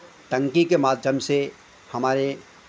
टंकी के माध्यम से हमारे